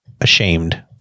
ashamed